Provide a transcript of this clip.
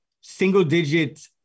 single-digit